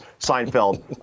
Seinfeld